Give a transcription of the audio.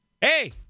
hey